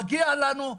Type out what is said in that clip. מגיע לנו,